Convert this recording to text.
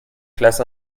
classe